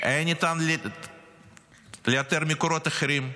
היה ניתן לאתר מקורות אחרים.